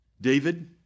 David